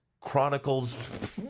chronicles